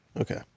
Okay